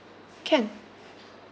can